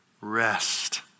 Rest